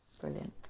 Brilliant